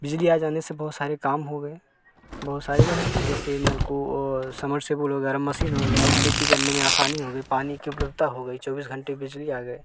बिजली आ जाने से बहुत सारे काम हो गए बहुत सारे वही जैसे नल को समरसेबुल वगैरह मशीन हो गया और खेती करने में आसानी हो गई पानी के उपलब्धता हो गई चौबीस घंटे बिजली आ गई